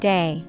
Day